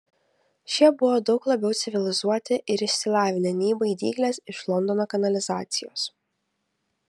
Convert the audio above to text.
šie buvo daug labiau civilizuoti ir išsilavinę nei baidyklės iš londono kanalizacijos